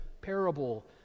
parable